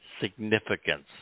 significance